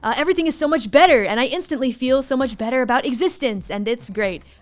ah everything is so much better and i instantly feel so much better about existence and it's great.